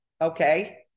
Okay